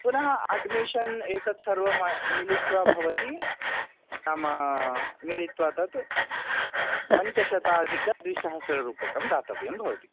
पुनः अड्मिशन् एतत् सर्वं मिलित्वा भवति नाम मिलित्वा तत् पञ्चशताधिकद्विसहस्ररूप्यकं दातव्यं भवति